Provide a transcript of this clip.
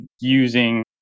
using